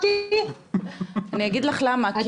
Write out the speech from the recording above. כדי לייצג את